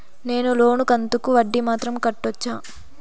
నేను లోను కంతుకు వడ్డీ మాత్రం కట్టొచ్చా?